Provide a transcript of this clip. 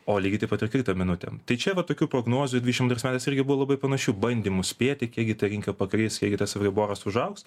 o lygiai taip pat ir krito minutėm tai čia vat tokių prognozių dvidešimt antrais metais irgi buvo labai panašių bandymų spėti kiek gi ta rinka pakris jei yra saviboras užaugs